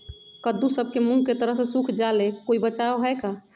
कददु सब के मुँह के तरह से सुख जाले कोई बचाव है का?